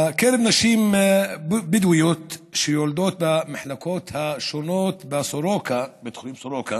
בקרב נשים בדואיות שיולדות במחלקות השונות בבית חולים סורוקה,